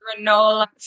granola